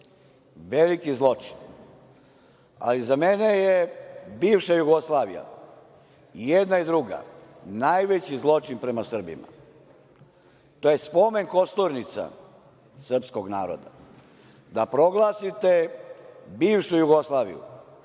Veliki zločin, ali za mene je bivša Jugoslavija, i jedna i druga, najveći zločin prema Srbima. To je spomen kosturnica srpskog naroda. Da proglasite bivšu Jugoslaviju